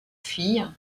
filles